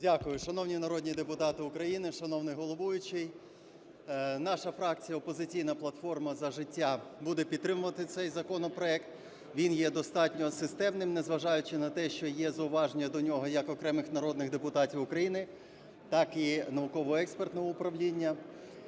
Дякую. Шановні народні депутати України, шановний головуючий, наша фракція "Опозиційна платформа - За життя" буде підтримувати цей законопроект. Він є достатньо системним, незважаючи на те, що є зауваження до нього як окремих народних депутатів України, так і науково-експертного управління.